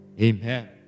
Amen